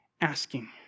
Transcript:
asking